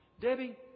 Debbie